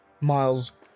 Miles